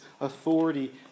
authority